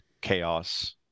chaos